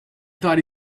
thought